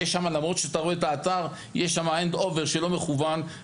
למרות שאתה רואה את האתר יש שם end over שלא מכוון.